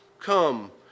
come